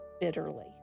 bitterly